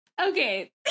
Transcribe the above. okay